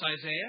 Isaiah